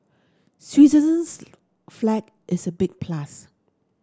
Switzerland's flag is a big plus